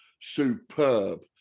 superb